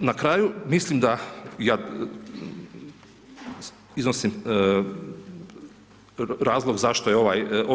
Na kraju, mislim da ja iznosim razlog zašto